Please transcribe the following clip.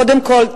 קודם כול,